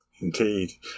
Indeed